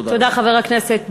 תודה, חבר הכנסת ברכה.